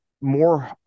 more